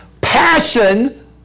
Passion